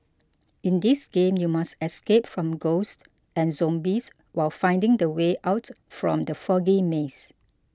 in this game you must escape from ghosts and zombies while finding the way out from the foggy maze